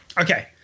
Okay